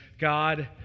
God